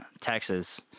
Texas